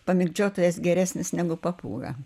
pamėgdžiotojas geresnis negu papūga